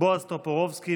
בועז טופורובסקי,